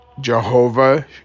Jehovah